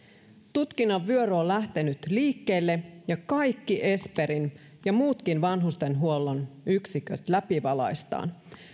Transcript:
tutkinnan vyöry on lähtenyt liikkeelle ja kaikki esperin ja muutkin vanhustenhuollon yksiköt läpivalaistaan